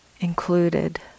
included